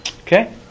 okay